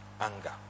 Anger